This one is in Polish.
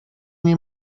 nie